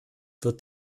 wird